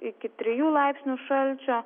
iki trijų laipsnių šalčio